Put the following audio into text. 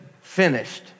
finished